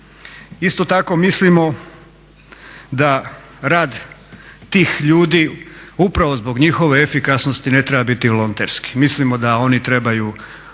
Isto tako mislimo da rad tih ljudi upravo zbog njihove efikasnosti ne treba biti volonterski. Mislimo da oni trebaju